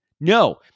No